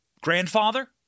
grandfather